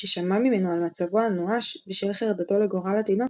כששמעה ממנו על מצבו הנואש בשל חרדתו לגורל התינוקת,